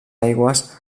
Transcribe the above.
aigües